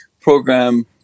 program